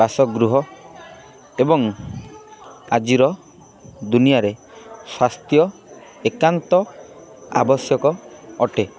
ବାସ ଗୃହ ଏବଂ ଆଜିର ଦୁନିଆରେ ସ୍ୱାସ୍ଥ୍ୟ ଏକାନ୍ତ ଆବଶ୍ୟକ ଅଟେ